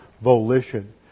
volition